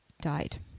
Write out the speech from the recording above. died